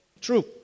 True